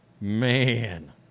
Man